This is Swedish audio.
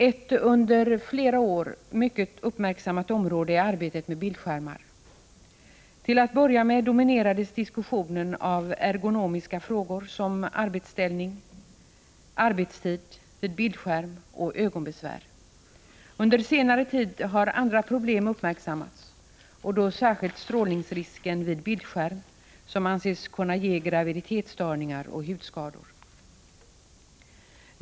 Ett under flera år uppmärksammat område är arbetet vid bildskärmar. Till att börja med dominerades diskussionen av ergonomiska frågor som arbetsställning, arbetstid vid bildskärm och ögonbesvär. Under senare tid har andra problem uppmärksammats, och då särskilt strålningsrisken vid bildskärm, som anses kunna ge graviditetsstörningar och hudskador.